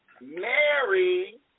Mary